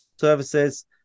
services